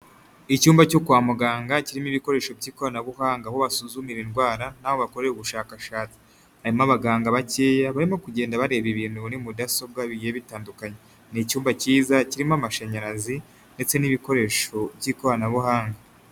Icyumba cyo kwa muganga kirimo ibikoresho by'ikoranabuhanga aho basuzumire indwara n'aho bakore ubushakashatsi harimo abaganga bakeye barimo kugenda bareba ibintu muri mudasobwa bigiye bitandukanye, ni icyumba kiza kirimo amashanyarazi ndetse n'ibikoresho by'ikoranabuhanga.